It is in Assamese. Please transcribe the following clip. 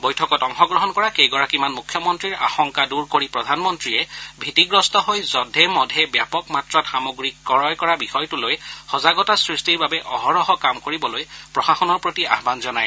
বৈঠকত অংশগ্ৰহণ কৰা কেইগৰাকীমান মুখ্যমন্তীৰ আশংকা দূৰ কৰি প্ৰধানমন্তীয়ে ভীতিগ্ৰস্ত হৈ য'ধে মধে ব্যাপক মাত্ৰাত সামগ্ৰী ক্ৰয় কৰা বিষয়টোলৈ সজাগতা সৃষ্টিৰ বাবে অহৰহ কাম কৰিবলৈ প্ৰশাসনৰ প্ৰতি আহান জনায়